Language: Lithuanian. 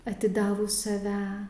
atidavus save